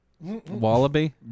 wallaby